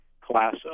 class